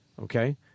okay